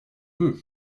peu